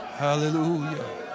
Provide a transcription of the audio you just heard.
hallelujah